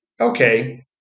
Okay